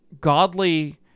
godly